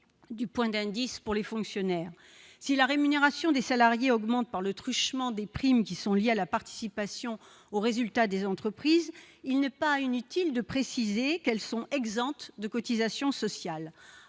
du point d'indice pour les fonctionnaires. Si la rémunération des salariés augmente par le truchement des primes liées à la participation aux résultats des entreprises, il n'est pas inutile de préciser qu'elles sont exemptes de cotisations sociales.